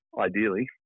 ideally